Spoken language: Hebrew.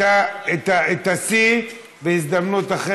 אתה יכול להוסיף לי, אדוני?